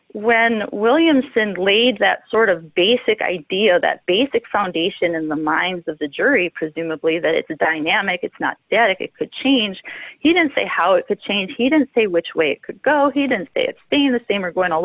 when williamson laid that sort of basic idea that basic foundation in the minds of the jury presumably that it's a dynamic it's not that it could change he didn't say how it could change he didn't say which way it could go he didn't stay the same or going all